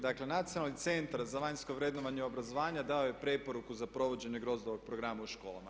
Dakle, Nacionalni centar za vanjsko vrednovanje obrazovanja dao je preporuku za provođenje GROZD-ovog programa u školama.